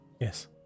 Yes